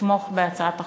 לתמוך בהצעת החוק.